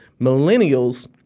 Millennials